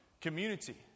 community